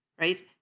right